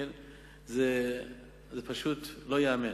זה פשוט לא ייאמן.